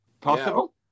Possible